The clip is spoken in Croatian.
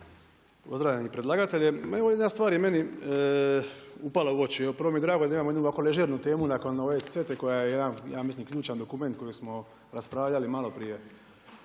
pozdravljam i predlagatelje. Evo jedna stvar je meni upala u oči. Prvo mi je drago da imamo ovako jednu ležernu temu nakon ove CETA-e koja je jedan ja mislim ključan dokument koju smo raspravljali maloprije.